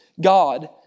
God